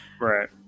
Right